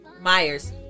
Myers